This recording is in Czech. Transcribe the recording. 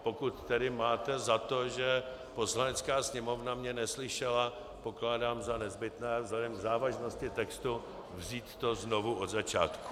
Pokud tedy máte za to, že Poslanecká sněmovna mě neslyšela, pokládám za nezbytné vzhledem k závažnosti textu vzít to znovu od začátku.